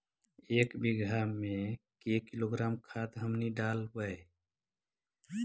एक बीघा मे के किलोग्राम खाद हमनि डालबाय?